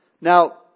Now